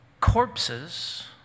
corpses